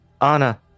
Anna